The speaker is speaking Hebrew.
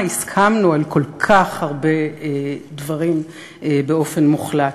הסכמנו על כל כך הרבה דברים באופן מוחלט.